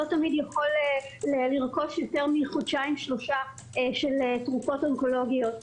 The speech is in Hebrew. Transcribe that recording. לא תמיד יכול לרכוש יותר מחודשיים-שלושה של תרופות אונקולוגיות.